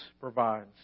provides